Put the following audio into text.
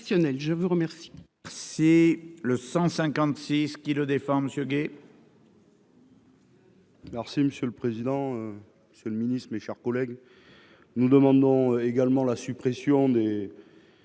à vous remercier